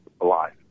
alive